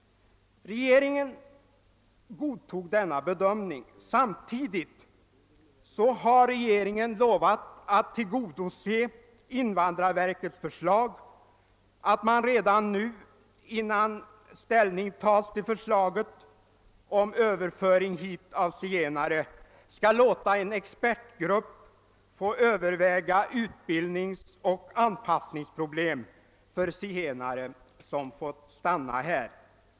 Regeringen godtog denna bedömning. Samtidigt har rege ringen lovat att tillgodose invandrarverkets förslag, att man redan nu innan ställning tas till förslaget om överföring hit av zigenare skall låta en expertgrupp överväga utbildningsoch anpassningsproblem för zigenare som har fått stanna här.